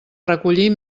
recollir